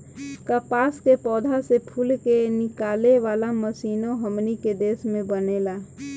कपास के पौधा से फूल के निकाले वाला मशीनों हमनी के देश में बनेला